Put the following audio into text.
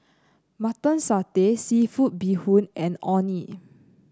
Mutton Satay seafood Bee Hoon and Orh Nee